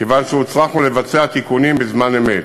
כיוון שהיינו צריכים לבצע תיקונים בזמן אמת.